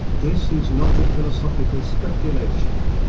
this is not a philosophical speculation.